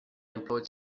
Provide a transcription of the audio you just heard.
employed